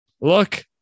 Look